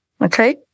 Okay